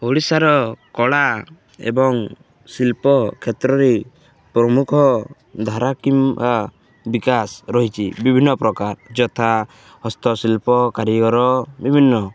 ଓଡ଼ିଶାର କଳା ଏବଂ ଶିଳ୍ପ କ୍ଷେତ୍ରରେ ପ୍ରମୁଖ ଧାରା କିମ୍ବା ବିକାଶ ରହିଛି ବିଭିନ୍ନ ପ୍ରକାର ଯଥା ହସ୍ତଶିଳ୍ପ କାରିଗର ବିଭିନ୍ନ